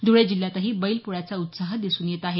ध्रळे जिल्ह्यातही बैलपोळ्याचा उत्साह दिसून येत आहे